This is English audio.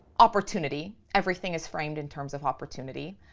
opportunity, everything is framed in terms of opportunity.